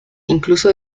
incluso